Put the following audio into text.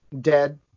Dead